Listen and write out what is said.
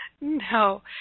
No